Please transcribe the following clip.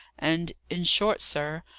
and in short, sir,